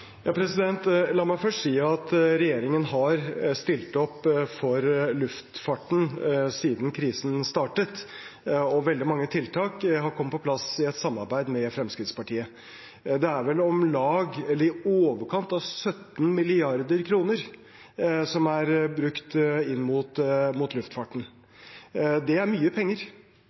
La meg først si at regjeringen har stilt opp for luftfarten siden krisen startet. Veldig mange tiltak har kommet på plass i et samarbeid med Fremskrittspartiet. Det er vel i overkant av 17 mrd. kr som er brukt inn mot luftfarten. Det er mye penger.